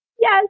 Yes